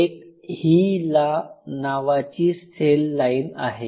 एक "HeLa" नावाची cell line आहे